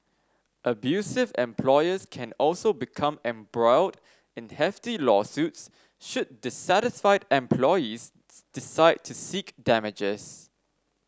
abusive employers can also become embroiled in hefty lawsuits should dissatisfied employees decide to seek damages